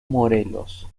morelos